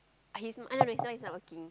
I his I know his noise is not working